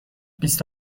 بیست